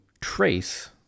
trace